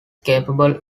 capable